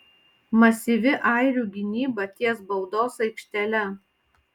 masyvi airių gynyba ties baudos aikštele